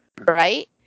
right